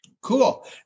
Cool